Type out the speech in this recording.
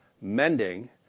mending